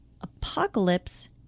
Apocalypse